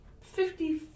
Fifty